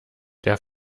der